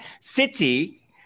City